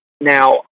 Now